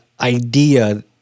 idea